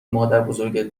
مادربزرگت